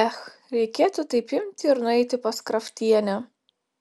ech reikėtų taip imti ir nueiti pas kraftienę